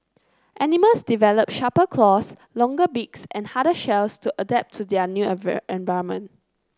animals develop sharper claws longer beaks and harder shells to adapt to their environment